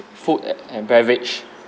food and and beverage